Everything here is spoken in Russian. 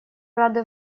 рады